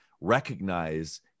recognize